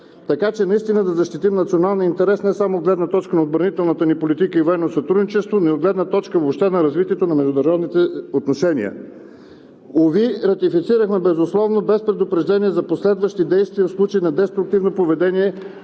така че наистина да защитим националния интерес не само от гледна точка на отбранителната ни политика и военно сътрудничество, но и от гледна точка въобще на развитието на международните отношения. Уви, ратифицирахме безусловно, без предупреждение за последващи действия в случай на деструктивно поведение